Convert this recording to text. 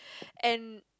and